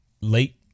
late